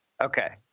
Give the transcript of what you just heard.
Okay